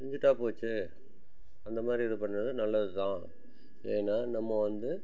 செஞ்சிட்டா போச்சு அந்த மாதிரி இது பண்ணுறது நல்லது தான் ஏன்னால் நம்ம வந்து